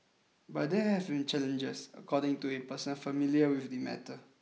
but there have been challenges according to a person familiar with the matter